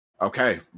Okay